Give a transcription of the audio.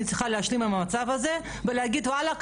צריכה להשלים עם המצב הזה ולהגיד וואלה,